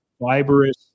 fibrous